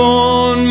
on